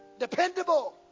Dependable